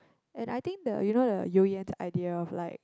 and I think the you know the you yan's idea of like